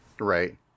Right